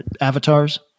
avatars